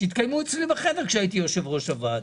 שהתקיימו אצלי בחדר כשהייתי יושב-ראש הוועדה.